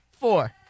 four